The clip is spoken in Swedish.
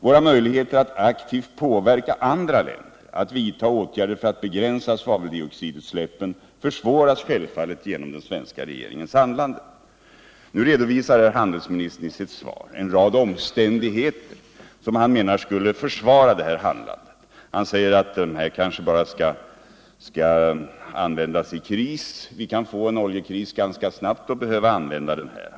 Våra möjligheter att aktivt påverka andra länder att vidta åtgärder för att begränsa svaveldioxidutsläppen försvåras självfallet också genom den svenska regeringens agerande. Handelsministern redovisar i sitt svar en rad omständigheter som han menar skulle försvara detta handlande. Han säger att oljan kanske bara skall användas i en kris. Men vi kan få en oljekris ganska snabbt och behöva använda oljan.